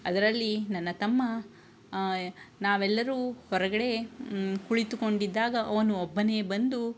ಅದರಲ್ಲಿ ನನ್ನ ತಮ್ಮ ನಾವೆಲ್ಲರೂ ಹೊರಗಡೆ ಕುಳಿತುಕೊಂಡಿದ್ದಾಗ ಅವನು ಒಬ್ಬನೇ ಬಂದು